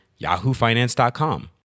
yahoofinance.com